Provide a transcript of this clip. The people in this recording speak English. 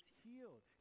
healed